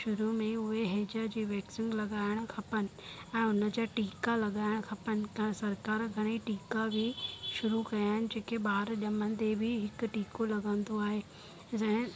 शुरू में उहे हैजा जी वैक्सीन लॻाइण खपनि ऐं उन जा टीका लॻाइण खपनि त सरकारु घणेई टीका बि शुरू कयां आहिनि जेके ॿार ॼमंदे बि हिक टीको लॻंदो आहे ऐं